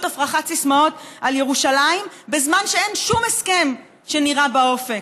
הפרחת סיסמאות על ירושלים בזמן שאין שום הסכם שנראה באופק.